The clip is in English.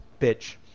Bitch